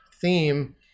theme